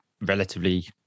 relatively